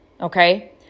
Okay